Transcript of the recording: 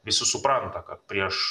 visi supranta kad prieš